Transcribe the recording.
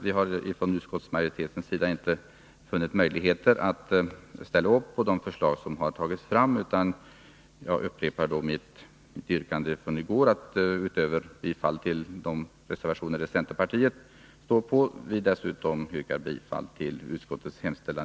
Eftersom vi från utskottsmajoritetens sida inte funnit möjligheter att ansluta oss till de förslag som där framställts, upprepar jag mitt yrkande från i går om bifall till de reservationer som centerpartiet står bakom samt i övrigt om bifall till utskottets hemställan.